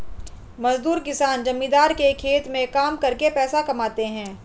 मजदूर किसान जमींदार के खेत में काम करके पैसा कमाते है